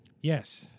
Yes